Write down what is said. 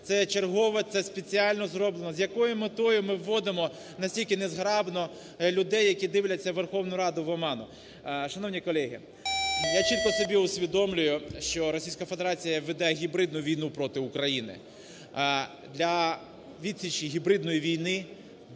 Це чергове, це спеціально зроблено. З якою метою ми вводимо, наскільки незграбно, людей, які дивляться Верховну Раду, в оману? Шановні колеги, я чітко собі усвідомлюю, що Російська Федерація веде гібридну війну проти України. А для відсічі гібридної війни,